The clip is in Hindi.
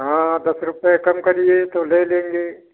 हाँ हाँ दस रुपये कम करिए तो ले लेंगे